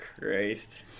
Christ